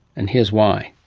and here's why.